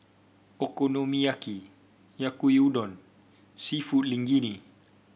Okonomiyaki Yaki Udon seafood Linguine